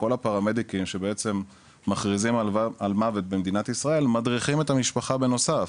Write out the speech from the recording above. כל הפרמדיקים שמכריזים על מוות במדינת ישראל מדריכים את המשפחה בנוסף.